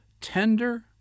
tender